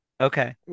Okay